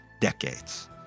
decades